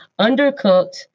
Undercooked